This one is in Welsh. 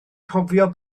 cofio